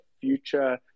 future